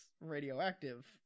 radioactive